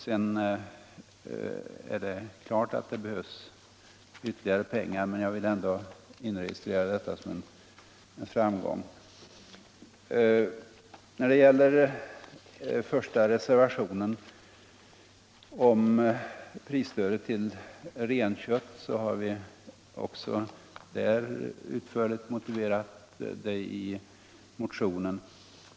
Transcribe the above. Det är klart att det behövs ytterligare pengar, men jag vill ändå inregistrera detta som en framgång. När det gäller reservationen I om prisstöd till renkött har vi också en utförlig motivering i motionen.